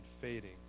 fading